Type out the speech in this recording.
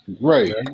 Right